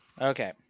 Okay